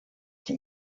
die